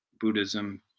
Buddhism